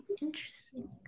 interesting